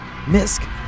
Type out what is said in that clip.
Misk